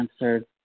answered